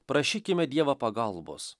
prašykime dievą pagalbos